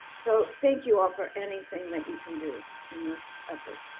so thank you all for anything that you can do in this effort.